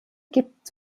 gibt